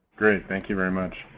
thank you very much.